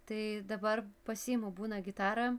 tai dabar pasiimu būna gitarą